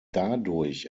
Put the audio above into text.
dadurch